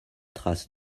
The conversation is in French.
traces